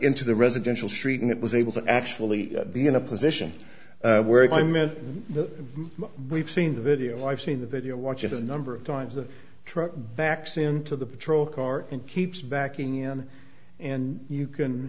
into the residential street and it was able to actually be in a position where i meant that we've seen the video i've seen the video watch it a number of times the truck backs into the patrol car and keeps backing in and you can